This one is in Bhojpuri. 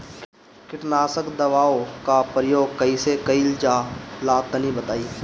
कीटनाशक दवाओं का प्रयोग कईसे कइल जा ला तनि बताई?